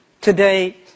today